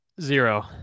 Zero